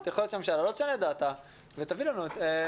יכול להיות שהממשלה לא תשנה את דעתה ותביא בדיוק את אותן התקנות,